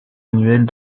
annuelles